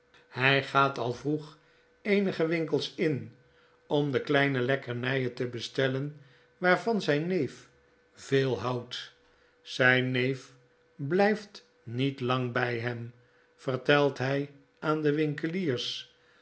hij gaat al vroeg eenige winkels in om de kleine het geheim van edwin deood lekkernijen te bestellen waarvan zijn neef veel houdt zijn neef blijft niet lang bij hem vertelt hij aan de winkeliers